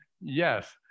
Yes